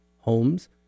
homes